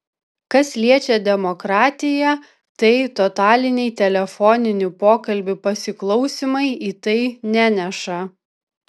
kas liečia demokratiją tai totaliniai telefoninių pokalbių pasiklausymai į tai neneša